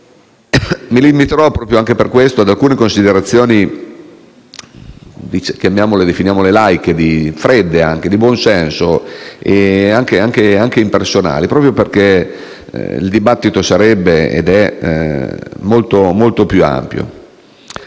Mi limiterò, anche per questo, ad alcune considerazioni laiche - definiamole così - fredde, di buon senso e impersonali, proprio perché il dibattito sarebbe ed è molto più ampio.